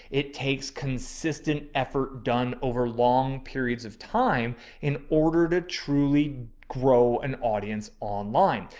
it takes consistent effort done over long periods of time in order to truly. grow an audience online.